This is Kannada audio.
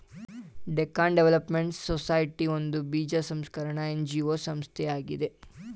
ಡೆಕ್ಕನ್ ಡೆವಲಪ್ಮೆಂಟ್ ಸೊಸೈಟಿ ಒಂದು ಬೀಜ ಸಂಸ್ಕರಣ ಎನ್.ಜಿ.ಒ ಸಂಸ್ಥೆಯಾಗಿದೆ